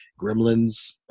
gremlins